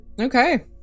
Okay